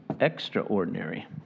extraordinary